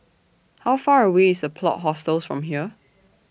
How Far away IS The Plot Hostels from here